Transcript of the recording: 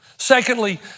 Secondly